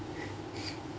so